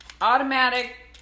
automatic